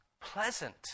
pleasant